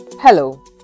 Hello